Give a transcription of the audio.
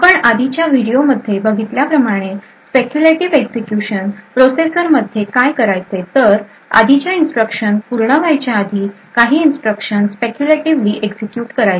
आपण आधीच्या व्हिडिओमध्ये बघितल्याप्रमाणे स्पेक्यूलेटीव्ह एक्झिक्युशन प्रोसेसर मध्ये काय करायचे तर आधीच्या इन्स्ट्रक्शन पूर्ण व्हायच्या आधी काही इन्स्ट्रक्शन स्पेक्यूलेटीव्हली एक्झिक्युट करायचे